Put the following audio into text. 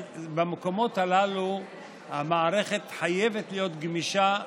במקומות האלה המערכת חייבת להיות גמישה.